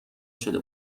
شده